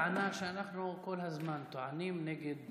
שזאת בעצם אותה טענה שאנחנו כל הזמן טוענים נגד